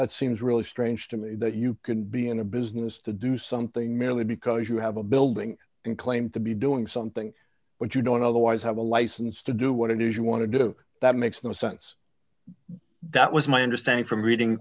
that seems really strange to me that you can be in a business to do something merely because you have a building and claim to be doing something but you don't otherwise have a license to do what it is you want to do that makes no sense that was my understanding from reading